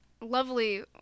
lovely